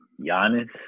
Giannis